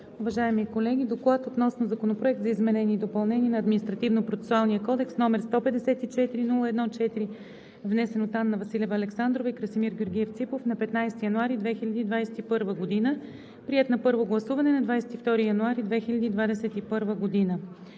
уважаеми колеги! „Доклад относно Законопроект за изменение и допълнение на Административнопроцесуалния кодекс, № 154-01-4, внесен от Анна Василева Александрова и Красимир Георгиев Ципов на 15 януари 2021 г., приет на първо гласуване на 22 януари 2021 г.